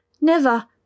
Never